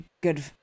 good